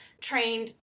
trained